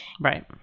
Right